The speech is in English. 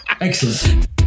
excellent